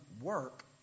work